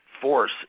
force